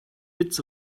bits